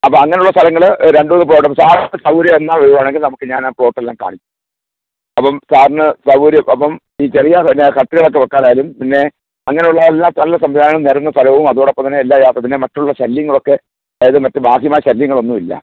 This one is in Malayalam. അപ്പം അങ്ങനെ ഉള്ള സ്ഥലങ്ങള് രണ്ട് മൂന്ന് പ്ലോട്ട് അപ്പം സാറിന് സൗകര്യം എന്നാ വരികയാണെങ്കിൽ നമുക്ക് ഞാനാ പ്ലോട്ടെല്ലാം കാണി അപ്പം സാറിന് സൗകര്യം അപ്പം ഈ ചെറിയ പിന്നെ കട്ടിലുകളൊക്കെ വെക്കാനായാലും പിന്നെ അങ്ങനെയുള്ള എല്ലാ നല്ല സംവിധാനങ്ങളും നിരന്ന സ്ഥലവും അതോടൊപ്പം തന്നെ എല്ലാ യാ പിന്നെ മറ്റുള്ള ശല്യങ്ങളൊക്കെ അതായത് മറ്റ് ബാഹ്യമായ ശല്യങ്ങളൊന്നുമില്ല